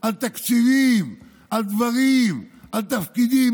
על תקציבים, על דברים, על תפקידים.